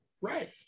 Right